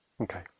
Okay